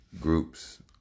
groups